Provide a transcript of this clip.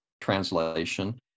translation